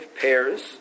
pairs